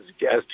guest